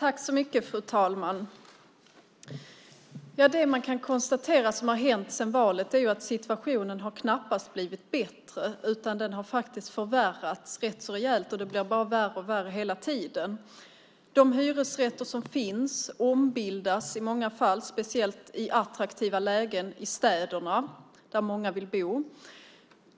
Fru talman! Det man kan konstatera har hänt sedan valet är att situationen knappast har blivit bättre. Den har faktiskt förvärrats rejält, och det blir hela tiden bara värre och värre. De hyresrätter som finns ombildas i många fall, speciellt i attraktiva lägen i städerna där många vill bo.